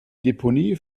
deponie